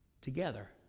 together